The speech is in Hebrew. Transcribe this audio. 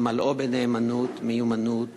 אמלאו בנאמנות, במיומנות